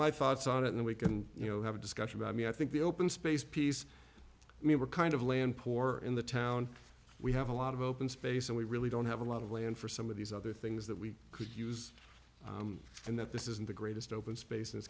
my thoughts on it and we can you know have a discussion about i mean i think the open space piece i mean we're kind of land poor in the town we have a lot of open space and we really don't have a lot of land for some of these other things that we could use and that this isn't the greatest open space